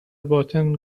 باطن